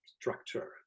structure